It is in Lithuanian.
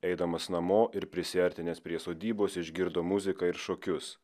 eidamas namo ir prisiartinęs prie sodybos išgirdo muziką ir šokius